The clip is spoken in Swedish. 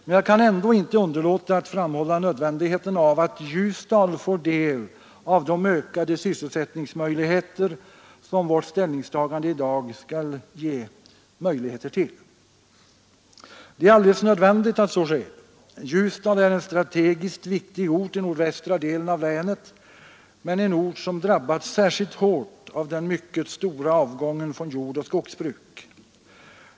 Men jag kan ändå inte underlåta att framhålla nödvändigheten av att Ljusdal får del av de ökade sysselsättningsmöjligheter som vårt ställningstagande i dag skall ge. Det är alldeles nödvändigt att så sker. Ljusdal är en strategiskt viktig ort i nordvästra delen av länet men en ort som drabbats särskilt hårt av den mycket stora avgången från jordoch skogsbruk.